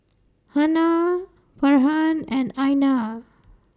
Hana Farhan and Aina